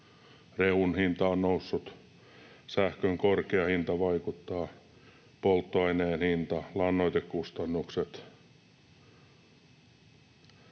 rehun hinta on noussut, sähkön korkea hinta vaikuttaa, polttoaineen hinta, lannoitekustannukset.